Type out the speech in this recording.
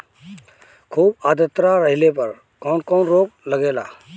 खुब आद्रता रहले पर कौन कौन रोग लागेला?